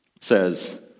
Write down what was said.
says